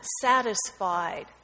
satisfied